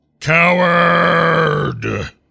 Coward